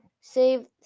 save